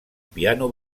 piano